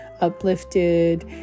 uplifted